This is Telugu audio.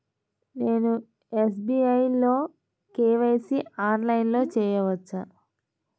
నేను ఎస్.బీ.ఐ లో కే.వై.సి ఆన్లైన్లో చేయవచ్చా?